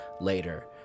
later